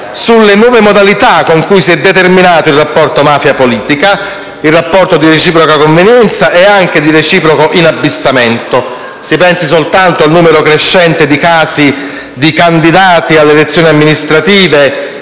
sulle nuove modalità con cui si è determinato il rapporto mafia‑politica: il rapporto di reciproca convenienza e anche di reciproco inabissamento. Si pensi soltanto al numero crescente di casi di candidati alle elezioni amministrative